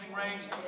race